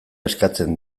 eskatzen